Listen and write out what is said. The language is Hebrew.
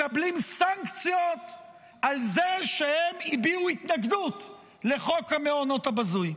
מקבלים סנקציות על זה שהם הביעו התנגדות לחוק המעונות הבזוי.